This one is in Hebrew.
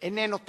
איננו תקף.